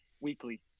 weekly